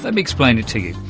let me explain it to you.